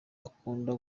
akunda